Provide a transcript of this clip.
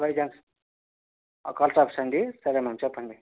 why జంక్ష్ అకాల్స్ ఆఫీసా అండి సరే మ్యాడమ్ చెప్పండి